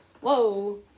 Whoa